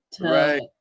right